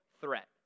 threat